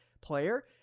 player